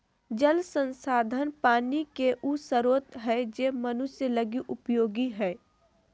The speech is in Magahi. जल संसाधन पानी के उ स्रोत हइ जे मनुष्य लगी उपयोगी हइ